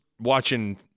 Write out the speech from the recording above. watching –